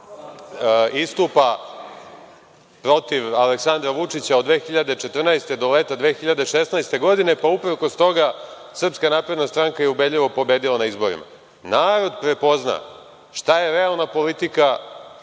istupa protiv Aleksandra Vučića od 2014. godine do leta 2016. godine, pa uprkos toga SNS je ubedljivo pobedila na izborima. Narod prepozna šta je realna politika,